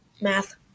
math